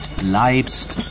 bleibst